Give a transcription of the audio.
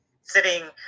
sitting